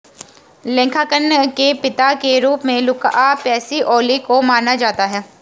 लेखांकन के पिता के रूप में लुका पैसिओली को माना जाता है